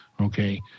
okay